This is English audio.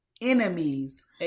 enemies